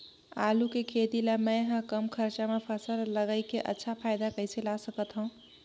आलू के खेती ला मै ह कम खरचा मा फसल ला लगई के अच्छा फायदा कइसे ला सकथव?